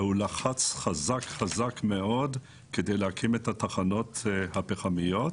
והוא לחץ חזק מאוד כדי להקים את התחנות הפחמיות,